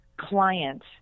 client